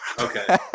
okay